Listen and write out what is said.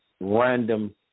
random